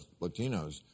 Latinos